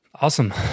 Awesome